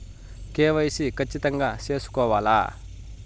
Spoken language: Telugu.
కె.వై.సి ఖచ్చితంగా సేసుకోవాలా